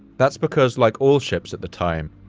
that's because like all ships at the time,